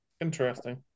Interesting